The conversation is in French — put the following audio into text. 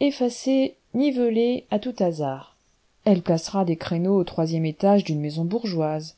effacer niveler à tout hasard elle placera des créneaux au troisième étage d'une maison bourgeoise